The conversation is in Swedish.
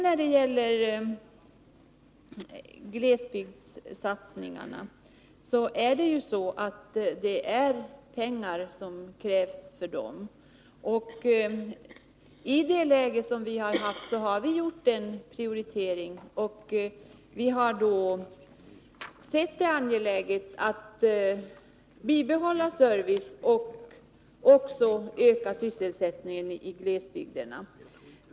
När det gäller glesbygdssatsningen är det ju så att det krävs pengar. I det läge som vi haft har vi gjort en prioritering, och vi har då sett det som angeläget att bibehålla servicen och öka sysselsättningen i glesbygderna.